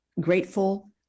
grateful